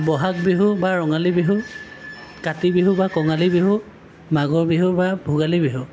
বহাগ বিহু বা ৰঙালী বিহু কাতি বিহু বা কঙালী বিহু মাঘৰ বিহু বা ভোগালী বিহু